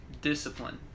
discipline